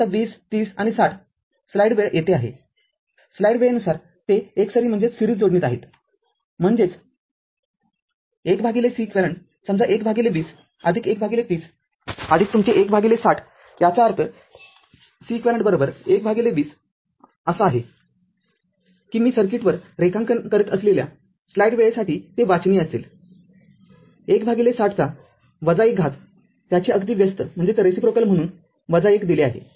आता २० ३० आणि ६० स्लाईड वेळ येथे आहे स्लाईड वेळेनुसार ते एकसरी जोडणीत आहेतम्हणजेच १ Ceq समजा १ २० १ ३० तुमचे १ ६०याचा अर्थ Ceq १ 20 आशा आहे की मी सर्किटवर रेखांकन करीत असलेल्या स्लाइड वेळेसाठी ते वाचनीय असेल १ 60 to the power १ त्याचे अगदी व्यस्त म्हणून १ दिले आहे